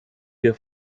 wir